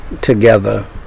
together